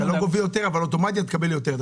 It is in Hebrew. אתה לא גובה יותר, אבל אוטומטית תקבל יותר.